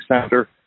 center